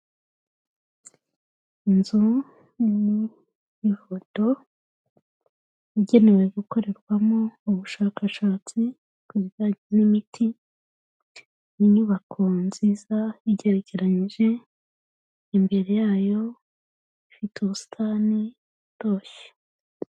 Inzu ni ihoto igenewe gukorerwamo ubushakashatsi ku bijyanye n'imiti. Ni inyubako nziza igerekeranije imbere yayo ifite ubusitani butoshye.